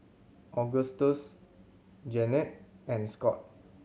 Augustus Jeanette and Scott